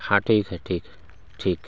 हाँ ठीक है ठीक है ठीक